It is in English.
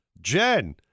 Jen